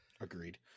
agreed